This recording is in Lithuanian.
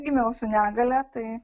gimiau su negalia tai